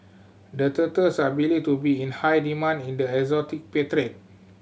the turtles are believed to be in high demand in the exotic pet trade